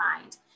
mind